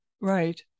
Right